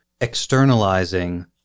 externalizing